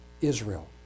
Israel